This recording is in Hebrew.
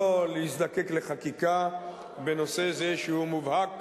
שלא להזדקק לחקיקה בנושא זה, שהוא במובהק